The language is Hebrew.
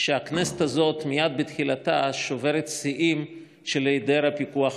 שהכנסת הזאת מייד בתחילתה שוברת שיאים של היעדר פיקוח פרלמנטרי.